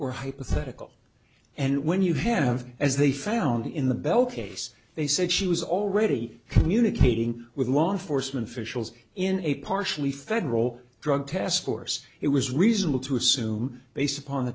or hypothetical and when you have as they found in the bell case they said she was already communicating with law enforcement officials in a partially federal drug task force it was reasonable to assume based upon the